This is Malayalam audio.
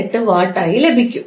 48 വാട്ട് ആയി ലഭിക്കും